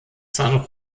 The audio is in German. san